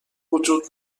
وجود